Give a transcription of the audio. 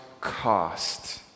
cost